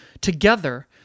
together